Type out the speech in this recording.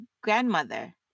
grandmother